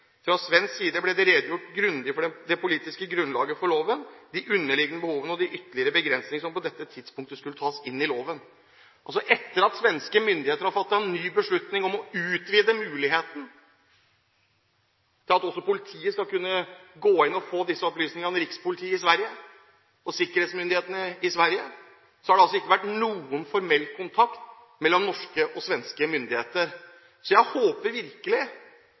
Fra svensk side ble det redegjort grundig for det politiske grunnlaget for loven, de underliggende behovene og de ytterligere begrensinger som på det tidspunktet skulle tas inn i loven.» Etter at svenske myndigheter har fattet ny beslutning om å utvide muligheten til at også politiet skal kunne gå inn og få disse opplysningene av rikspolitiet og sikkerhetsmyndighetene i Sverige, har det altså ikke vært noen formell kontakt mellom norske og svenske myndigheter. Jeg håper virkelig